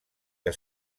que